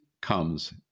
comes